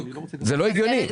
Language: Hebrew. זה לא הגיוני.